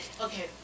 okay